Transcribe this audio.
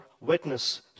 witness